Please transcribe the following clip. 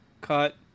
cut